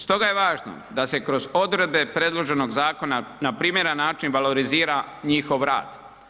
Stoga je važno da se kroz odredbe predloženog zakona na primjeran način valorizira njihov rad.